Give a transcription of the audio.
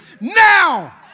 Now